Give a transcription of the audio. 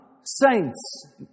saints